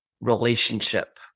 relationship